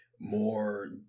More